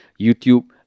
YouTube